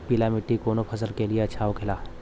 पीला मिट्टी कोने फसल के लिए अच्छा होखे ला?